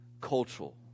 cultural